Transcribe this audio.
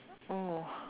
oh